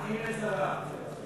אחים לצרה.